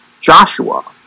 Joshua